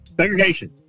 segregation